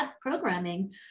programming